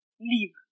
Leave